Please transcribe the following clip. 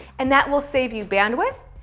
and that will save you bandwidth.